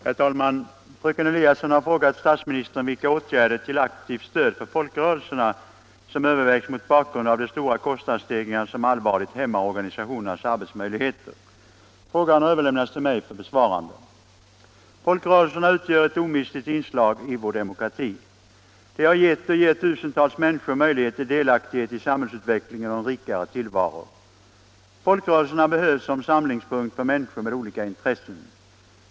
Herr talman! Fröken Eliasson har frågat statsministern vilka åtgärder till aktivt stöd för folkrörelserna som övervägs mot bakgrund av de stora kostnadsstegringarna som allvarligt hämmar organisationernas arbetsmöjligheter. Frågan har överlämnats till mig för besvarande. Folkrörelserna utgör ett omistligt inslag i vår demokrati. De har gett och ger tusentals människor möjlighet till delaktighet i samhällsutvecklingen och en rikare tillvaro. Folkrörelserna behövs som samlingspunkt för människor med olika intressen.